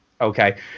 okay